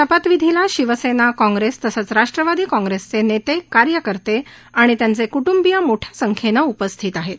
शपथविधीला शिवसेना काँग्रेस तसंच राष्ट्रवादी काँग्रेसचे नेते कार्यकर्ते आणि त्यांचे कुटंबिय मोठ्या संख्येनं उपस्थित होते